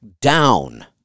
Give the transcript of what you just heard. down